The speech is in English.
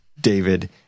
David